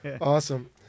Awesome